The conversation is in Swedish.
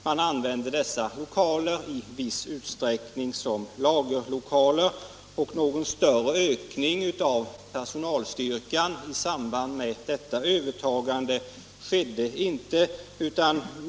Man använde dessa lokaler i viss utsträckning som lagerlokaler, och någon större ökning av personalstyrkan i samband med detta övertagande skedde inte.